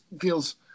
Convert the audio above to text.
feels